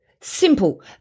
Simple